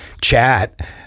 chat